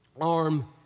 arm